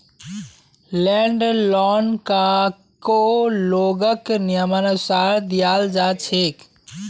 land लोनकको लोगक नियमानुसार दियाल जा छेक